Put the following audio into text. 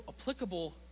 applicable